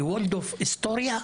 בוולדורף אסטוריה?